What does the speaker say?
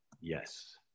yes